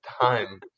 time